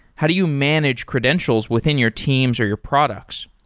how do you manage credentials within your teams or your products?